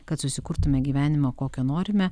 kad susikurtume gyvenimą kokio norime